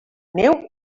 neu